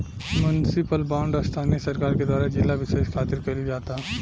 municipal bond स्थानीय सरकार के द्वारा जिला बिशेष खातिर कईल जाता